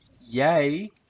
yay